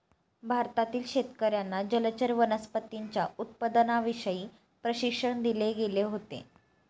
भारतातील शेतकर्यांना जलचर वनस्पतींच्या उत्पादनाविषयी प्रशिक्षण दिले गेले होते